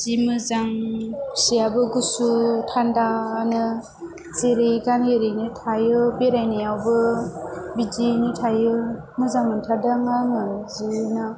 जि मोजां सिआबो गुसु थान्दानो जेरै गानो एरैनो थायो बेरायनायावबो बिदियैनो थायो मोजां मोनथारदों आङो जि नो